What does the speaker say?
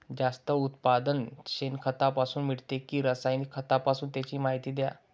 जास्त उत्पादन शेणखतापासून मिळते कि रासायनिक खतापासून? त्याची माहिती द्या